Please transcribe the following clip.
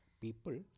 people